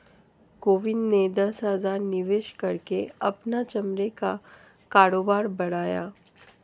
गोविंद ने दस हजार निवेश करके अपना चमड़े का कारोबार बढ़ाया